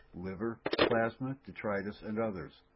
liver, plasma, detritus, and others.